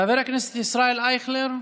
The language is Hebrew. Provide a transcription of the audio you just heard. חבר הכנסת ישראל אייכלר,